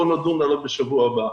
בואו נדון עליו בשבוע הבא.